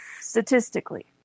statistically